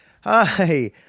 hi